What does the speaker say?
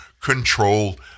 control